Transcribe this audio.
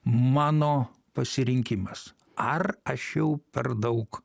mano pasirinkimas ar aš jau per daug